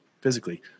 physically